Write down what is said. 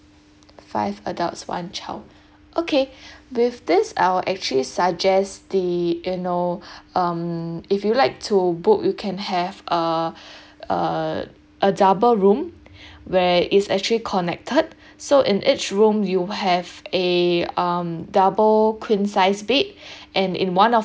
five adults one child okay with this I'll actually suggest the you know um if you'd like to book you can have uh uh a double room where it's actually connected so in each room you have a um double queen size bed and in one of